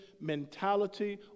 mentality